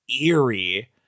eerie